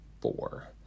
four